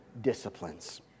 disciplines